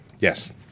Yes